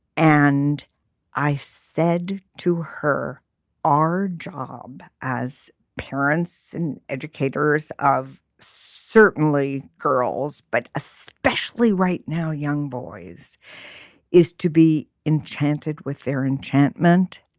and i said to her our job as parents and educators of certainly girls but especially right now young boys is to be enchanted with their enchantment.